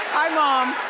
hi, mom.